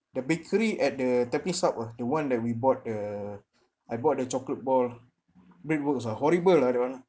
the bakery at the tampines south ah the one that we bought uh I bought the chocolate ball bread works ah horrible lah that one